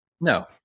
No